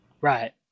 Right